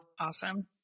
Awesome